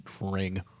ring